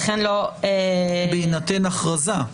בהינתן הכרזה.